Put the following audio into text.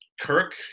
Kirk